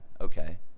okay